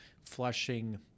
flushing